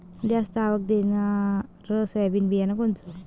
जास्त आवक देणनरं सोयाबीन बियानं कोनचं?